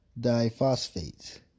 diphosphates